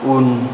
उन